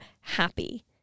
happy